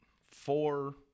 four